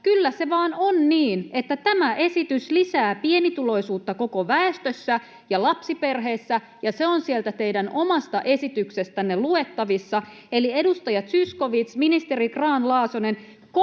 kyllä se vain on niin, että tämä esitys lisää pienituloisuutta koko väestössä ja lapsiperheissä, ja se on sieltä teidän omasta esityksestänne luettavissa eli, edustaja Zyskowicz, ministeri Grahn-Laasonen,